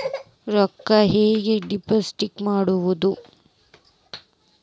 ರೊಕ್ಕ ಹೆಂಗೆ ಡಿಪಾಸಿಟ್ ಮಾಡುವುದು?